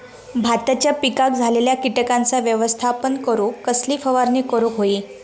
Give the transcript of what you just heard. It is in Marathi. भाताच्या पिकांक झालेल्या किटकांचा व्यवस्थापन करूक कसली फवारणी करूक होई?